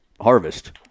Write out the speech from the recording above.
harvest